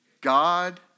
God